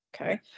okay